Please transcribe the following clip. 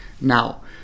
Now